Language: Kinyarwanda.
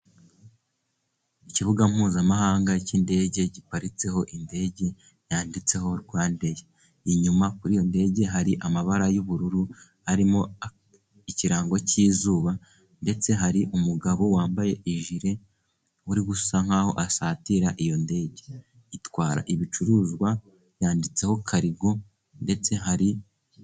Ikibuga mpuzamahanga k'indege, giparitseho indege yanditseho Rwandeya. Inyuma kuri iyo ndege, hari amabara y'ubururu, arimo ikirango k'izuba, ndetse hari umugabo wambaye jire, uri gusa nk'aho asatira iyo ndege itwara ibicuruzwa, yanditseho karigo ndetse hari...